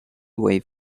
wave